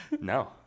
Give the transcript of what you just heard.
No